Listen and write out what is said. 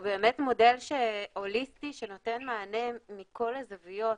באמת מודל הוליסטי שנותן מענה מכל הזוויות,